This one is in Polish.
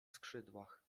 skrzydłach